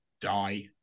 die